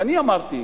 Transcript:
אני אמרתי,